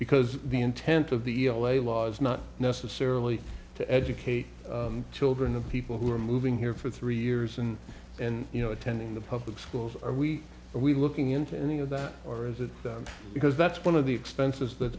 because the intent of the l a law is not necessarily to educate children of people who are moving here for three years and then you know attending the public schools are we are we looking into any of that or is it because that's one of the expenses that